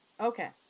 Okay